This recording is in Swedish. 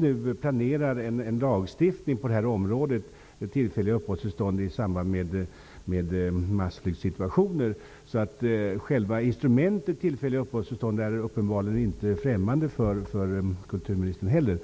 nu planerar en lagstiftning vad gäller tillfälliga uppehållstillstånd i samband med massflyktsituationer. Själva instrumentet tillfälliga uppehållstillstånd är uppenbarligen inte heller främmande för kulturministern.